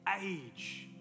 age